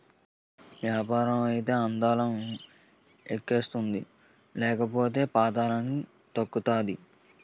యాపారం అయితే అందలం ఎక్కిస్తుంది లేకపోతే పాతళానికి తొక్కేతాది